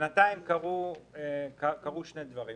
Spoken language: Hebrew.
בינתיים קרו שני דברים.